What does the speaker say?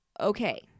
okay